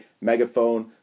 Megaphone